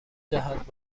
جهت